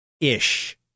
Ish